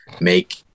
make